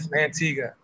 Antigua